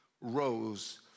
rose